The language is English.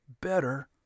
better